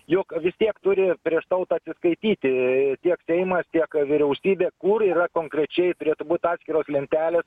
juk vis tiek turi prieš tautą atsiskaityti tiek seimas tiek vyriausybė kur yra konkrečiai turėtų būt atskiros lentelės